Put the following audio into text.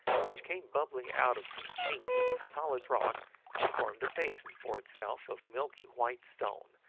which came bubbling out of some chinks in the solid rock and formed a basin for itself of milky white stone,